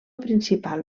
principal